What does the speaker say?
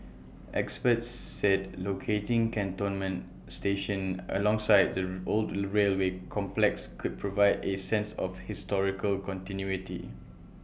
experts said locating Cantonment station alongside the old railway complex could provide A sense of historical continuity